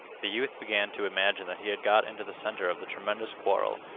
the youth began to imagine that he had got into the center of the tremendous quarrel,